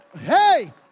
Hey